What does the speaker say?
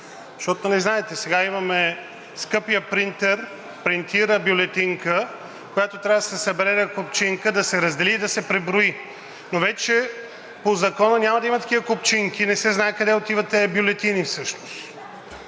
защото, нали знаете, сега имаме скъпия принтер, който принтира бюлетинка, която трябва да се събере на купчинка, да се раздели и да се преброи, но вече по Закона няма да има такива купчинки и не се знае къде отиват тези бюлетини и